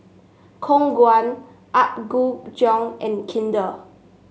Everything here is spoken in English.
Khong Guan Apgujeong and Kinder